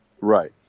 Right